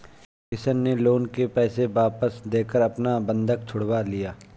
किशन ने लोन के पैसे वापस देकर अपना बंधक छुड़वा लिया